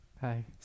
Hi